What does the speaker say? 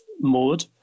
mode